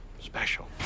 special